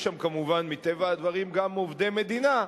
יש שם, כמובן, מטבע הדברים, גם עובדי מדינה,